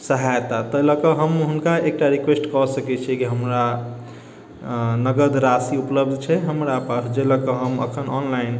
सहायता तहि लअ कऽ तऽ हम हुनका एकटा रिक्वेस्ट कय सकै छी कि हमरा नगद राशि उपलब्ध छै हमरा पास जे लअ कऽ हम एखन ऑनलाइन